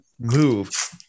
move